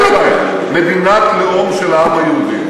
אני אקל עלייך: מדינת לאום של העם היהודי,